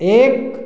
एक